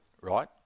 right